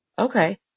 Okay